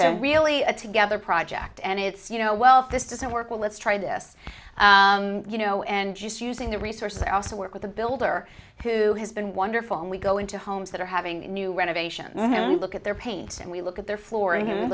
really a together project and it's you know well if this doesn't work well let's try this you know and just using the resources i also work with the builder who has been wonderful and we go into homes that are having new renovations look at their paint and we look at their floor and